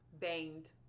banged